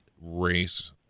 race